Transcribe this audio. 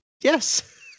Yes